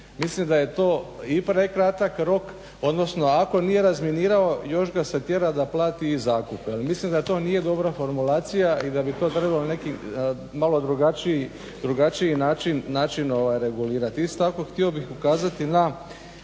Mislim da je to i prekratak rok, odnosno ako nije razminirao još ga se tjera da plati i zakup. Mislim da to nije dobra formulacija i da bi to trebao neki malo drugačiji način regulirati. Isto tako htio bih ukazati na